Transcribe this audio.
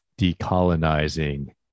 decolonizing